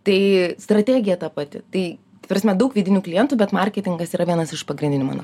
tai strategija ta pati tai ta prasme daug vidinių klientų bet marketingas yra vienas iš pagrindinių mano